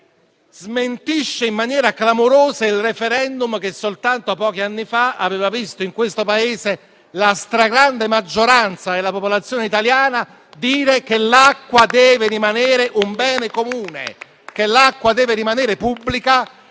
smentisce in maniera clamorosa il *referendum* che soltanto pochi anni fa aveva visto, in questo Paese, la stragrande maggioranza della popolazione italiana stabilire che l'acqua deve rimanere un bene comune, che l'acqua deve rimanere pubblica.